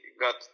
got